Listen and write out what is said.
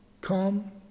come